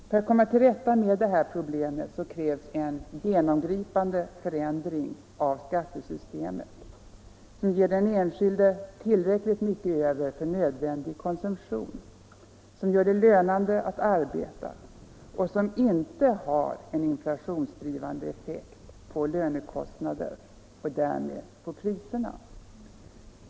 För att komma till rätta med det här problemet krävs en genomgripande förändring av skattesystemet som ger den enskilde tillräckligt mycket över för nödvändig konsumtion, som gör det lönande att arbeta och som inte har en inflationsdrivande effekt på lönekostnaderna och därmed på priserna.